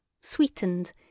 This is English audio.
sweetened